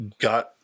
got